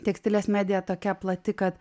tekstilės medija tokia plati kad